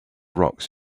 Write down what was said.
rocks